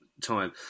time